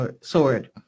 sword